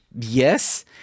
Yes